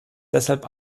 deshalb